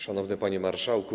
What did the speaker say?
Szanowny Panie Marszałku!